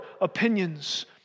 opinions